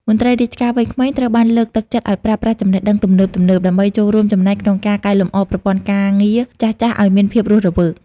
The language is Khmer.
មន្ត្រីរាជការវ័យក្មេងត្រូវបានលើកទឹកចិត្តឱ្យប្រើប្រាស់ចំណេះដឹងទំនើបៗ ដើម្បីចូលរួមចំណែកក្នុងការកែលម្អប្រព័ន្ធការងារចាស់ៗឱ្យមានភាពរស់រវើក។